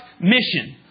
mission